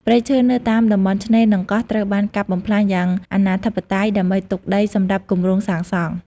ព្រៃឈើនៅតាមតំបន់ឆ្នេរ និងកោះត្រូវបាន កាប់បំផ្លាញយ៉ាងអនាធិបតេយ្យ ដើម្បីទុកដីសម្រាប់គម្រោងសាងសង់។